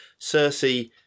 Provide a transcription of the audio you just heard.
Cersei